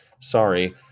Sorry